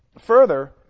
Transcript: Further